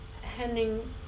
Henning